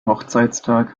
hochzeitstag